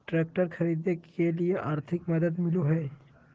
Tractor खरीदे के लिए आर्थिक मदद मिलो है?